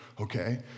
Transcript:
okay